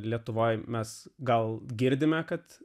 lietuvoje mes gal girdime kad